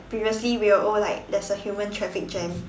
previously we were oh like there is a human traffic jam